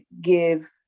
give